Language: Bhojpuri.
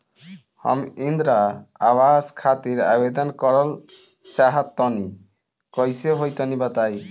हम इंद्रा आवास खातिर आवेदन करल चाह तनि कइसे होई तनि बताई?